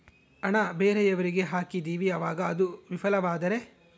ಹಣ ಬೇರೆಯವರಿಗೆ ಹಾಕಿದಿವಿ ಅವಾಗ ಅದು ವಿಫಲವಾದರೆ?